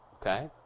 okay